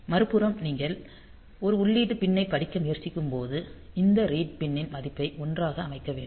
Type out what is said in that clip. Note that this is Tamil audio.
மறுபுறம் நீங்கள் ஒரு உள்ளீட்டு பின் னை படிக்க முயற்சிக்கும்போது இந்த ரீட் பின் னின் மதிப்பை 1 ஆக அமைக்க வேண்டும்